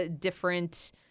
different